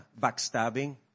backstabbing